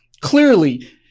Clearly